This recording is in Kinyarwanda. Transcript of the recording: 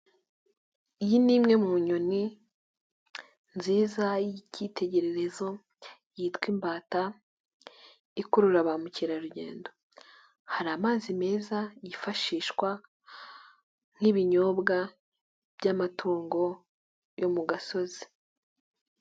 Iyi ni imwe mu nyoni nziza y'icyitegererezo yitwa imbata ikurura ba mukerarugendo. Hari amazi meza yifashishwa nk'ibinyobwa by'amatungo yo mu gasozi.